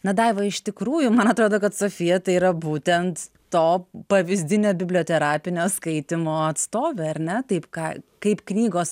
na daiva iš tikrųjų man atrodo kad sofija tai yra būtent to pavyzdinio biblioterapinio skaitymo atstovė ar ne taip ką kaip knygos